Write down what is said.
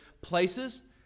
places